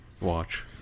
watch